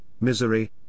misery